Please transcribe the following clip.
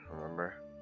remember